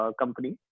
company